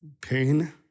pain